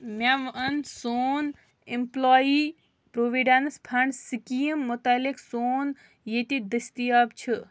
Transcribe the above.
مےٚ وَن سون ایمپلاے پرٛووِڈیٚنٛس فنٛڈ سِکیٖم مُتعلق سون ییٚتہِ دٔستیاب چھِ